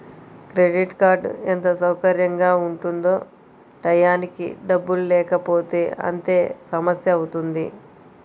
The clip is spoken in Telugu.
క్రెడిట్ కార్డ్ ఎంత సౌకర్యంగా ఉంటుందో టైయ్యానికి డబ్బుల్లేకపోతే అంతే సమస్యవుతుంది